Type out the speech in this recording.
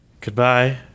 goodbye